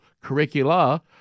curricula